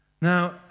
Now